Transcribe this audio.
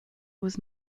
was